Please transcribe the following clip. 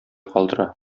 калдыра